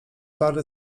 pary